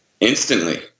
instantly